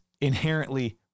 inherently